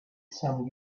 some